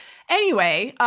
anyway,